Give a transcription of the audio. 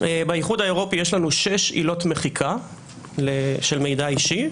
באיחוד האירופי יש לנו שש עילות מחיקה של מידע אישי,